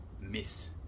miss